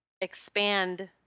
expand